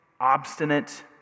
obstinate